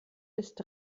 ist